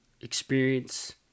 experience